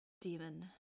demon